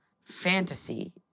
fantasy